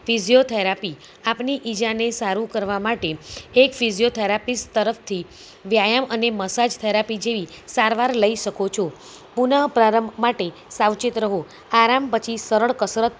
physiotherapy આપની ઇજાને સારું કરવા માટે એક ફિઝિયોથેરાપીસ તરફથી વ્યાયામ અને મસાજ થેરાપી જેવી સારવાર લઈ શકો છો પુન પ્રારંભ માટે સાવચેત રહો આરામ પછી સરળ કસરત